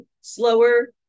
slower